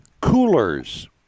Coolers